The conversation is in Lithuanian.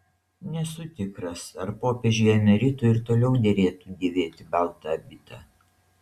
nesu tikras ar popiežiui emeritui ir toliau derėtų dėvėti baltą abitą